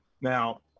now